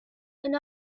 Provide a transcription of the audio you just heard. and